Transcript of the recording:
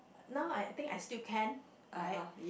now I I think I still can right